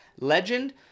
Legend